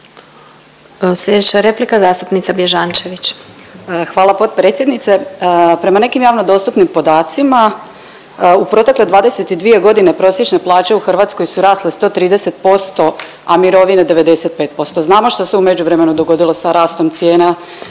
Slijedeća replika zastupnica Bježančević. **Bježančević, Sanja (SDP)** Hvala potpredsjednice. Prema nekim javno dostupnim podacima u protekle 22 godine prosječne plaće u Hrvatskoj su rasle 130%, a mirovine 95%. Znamo što se u međuvremenu dogodilo sa rastom cijena,